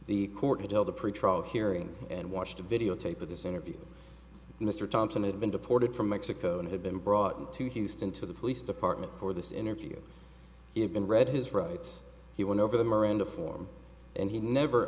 the court tell the pretrial hearing and watched a videotape of this interview mr thompson had been deported from mexico and had been brought to houston to the police department for this interview he had been read his rights he went over the miranda form and he never